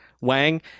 wang